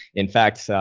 in fact,